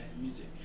music